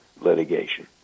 litigation